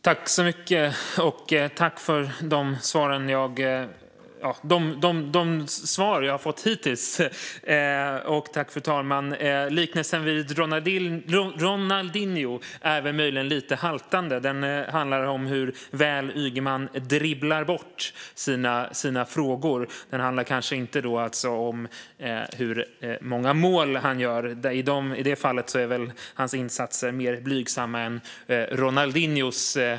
Fru talman! Jag tackar för de svar jag hittills har fått. Liknelsen vid Ronaldinho är möjligen lite haltande. Den handlar om hur väl Ygeman dribblar bort sina frågor, inte om hur många mål han gör. I det fallet är väl hans insatser mer blygsamma än Ronaldinhos.